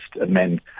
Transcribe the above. amend